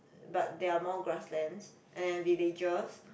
but there are more grass lands and then villages